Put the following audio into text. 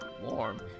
warm